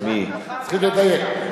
צריכים לדייק.